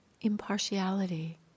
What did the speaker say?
impartiality